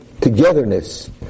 togetherness